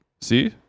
see